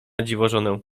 dziwożonę